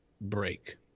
break